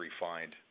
refined